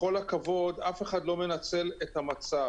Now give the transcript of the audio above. בכל הכבוד אף אחד לא מנצל את המצב.